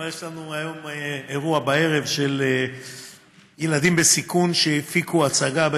אבל יש לנו היום בערב אירוע של ילדים בסיכון ברעננה שהפיקו הצגה.